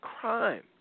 crime